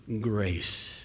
grace